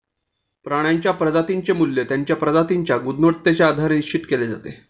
प्राण्यांच्या प्रजातींचे मूल्य त्यांच्या प्रजातींच्या गुणवत्तेच्या आधारे निश्चित केले जाते